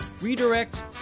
redirect